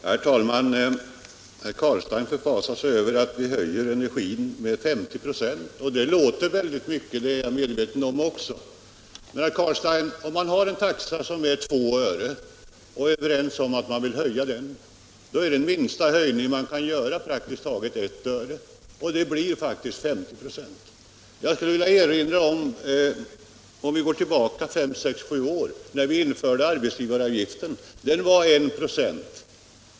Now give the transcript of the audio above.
Herr talman! Herr Carlstein förfasar sig över att vi höjer energiskatten med 50 96. Ja, det låter väldigt mycket, det är jag medveten om också. Men om man har en taxa som är två öre och är överens om att höja den, då är den minsta höjning som praktiskt kan komma i fråga ett öre, och det blir 50 96. Jag skulle vilja erinra om — låt oss gå tillbaka fem, sex eller sju år — hur det var när vi införde arbetsgivaravgiften. Den var då en procent.